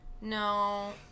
No